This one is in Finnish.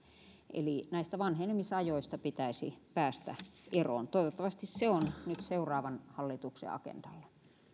eli vanhenemisajoista pitäisi päästä eroon toivottavasti se on seuraavan hallituksen agendalla